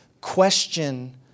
question